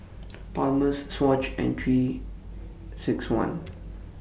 Palmer's Swatch and three six one